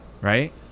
right